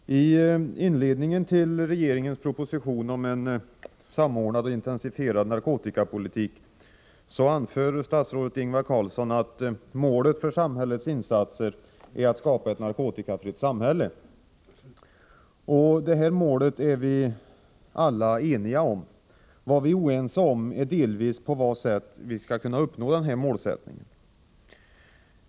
Herr talman! I inledningen till regeringens proposition om en samordnad och intensifierad narkotikapolitik anför statsrådet Ingvar Carlsson att målet för samhällets insatser är att skapa ett narkotikafritt samhälle. Detta mål är vi alla eniga om. Vad vi är oense om är delvis på vad sätt vi skall uppnå målet.